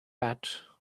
cat